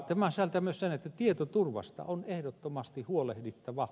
tämä sisältää myös sen että tietoturvasta on ehdottomasti huolehdittava